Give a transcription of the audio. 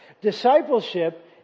Discipleship